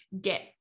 get